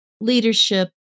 leadership